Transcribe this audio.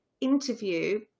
interview